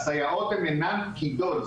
הסייעות הן אינן פקידות,